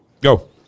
go